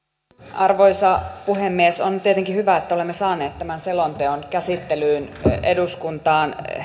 arvoisa puhemies on tietenkin hyvä että olemme saaneet tämän selonteon käsittelyyn eduskuntaan